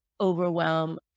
overwhelm